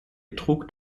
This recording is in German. trug